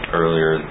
earlier